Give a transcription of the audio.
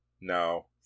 No